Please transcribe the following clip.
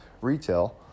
retail